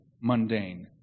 mundane